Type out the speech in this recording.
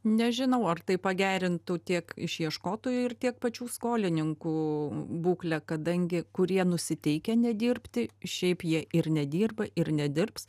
nežinau ar tai pagerintų tiek išieškotojo ir tiek pačių skolininkų būklę kadangi kurie nusiteikę nedirbti šiaip jie ir nedirba ir nedirbs